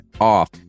off